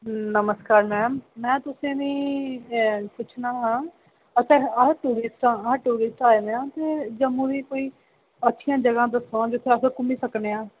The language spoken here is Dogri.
नमस्कार मैम मे तुसेगी पुच्छना हा अस टुरिस्ट आये दे आं ते जम्मू दी कोई अच्छियां जगहां दस्सो आं जित्थेंं अस घुम्मी सकने आं